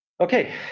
Okay